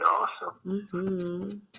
awesome